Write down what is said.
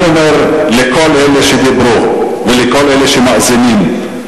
אני אומר לכל אלה שדיברו ולכל אלה שמאזינים,